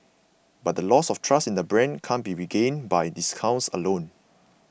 but the loss of trust in the brand can't be regained by discounts alone